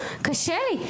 קשה לי,